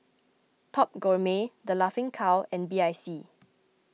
Top Gourmet the Laughing Cow and B I C